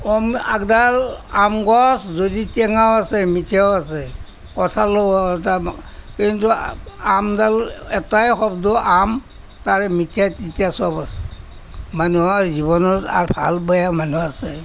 এডাল আম গছ যদি টেঙাও আছে মিঠাও আছে কঁঠালো কিন্তু আমডাল এটাই শব্দ আম তাৰ মিঠা তিতা চব আছে মানুহৰ জীৱনত ভাল বেয়া মানুহ আছে